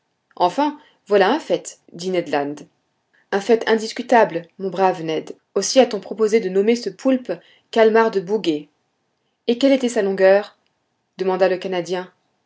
enfin voilà un fait dit ned land un fait indiscutable mon brave ned aussi a-t-on proposé de nommer ce poulpe calmar de bouguer et quelle était sa longueur demanda le canadien